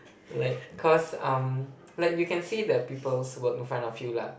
like cause um like you can see the people's work in front of you lah